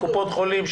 קופות חולים,